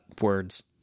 words